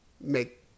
make